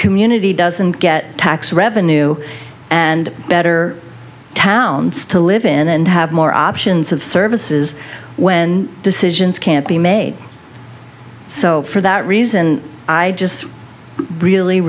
community doesn't get tax revenue and better towns to live in and have more options of services when decisions can't be made so for that reason i just really